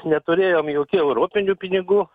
neturėjom jokių europinių pinigų